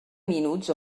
minuts